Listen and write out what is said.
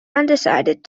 undecided